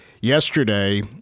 yesterday